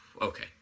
Okay